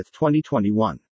2021